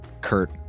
Kurt